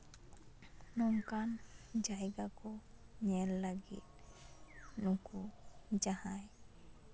ᱱᱚᱝᱠᱟᱱ ᱡᱟᱭᱜᱟ ᱠᱚ ᱧᱮᱞ ᱞᱟ ᱜᱤᱫ ᱱᱩᱠᱩ ᱡᱟᱦᱟᱸᱭ